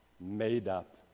made-up